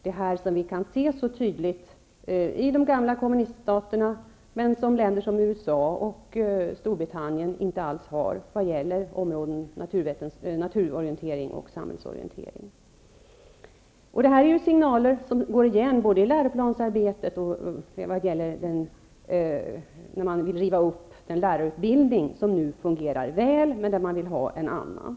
Det systemet kan man se mycket tydligt i de gamla kommuniststaterna, medan länder som USA och Storbritannien inte alls har det på områdena naturorientering och samhällsorientering. Det här är signaler som går igen både i läroplansarbetet och när man vill riva upp lärarutbildningen, som fungerar väl därför att man vill ha en annan.